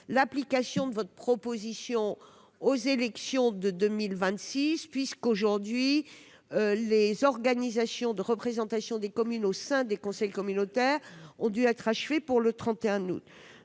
l'application de votre proposition aux élections de 2026, puisque les organisations de représentation des communes au sein des conseils communautaires ont dû être achevées pour le 31 août.